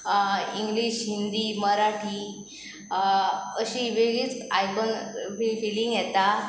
English Hindi Marathi अशी वेगळीच आयकन फिलींग येता